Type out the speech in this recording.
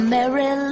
Mary